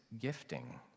gifting